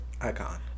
Icon